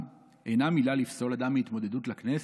אינם עילה לפסול אדם מהתמודדות לכנסת"